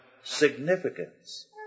significance